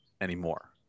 anymore